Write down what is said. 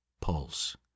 pulse